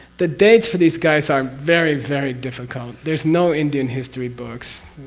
the dates for these guys are very very difficult. there's no indian history books,